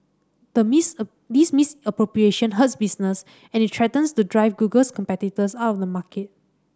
the miss a this misappropriation hurts business and it threatens to drive Google's competitors out of the market